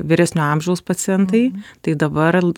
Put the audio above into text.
vyresnio amžiaus pacientai tai dabar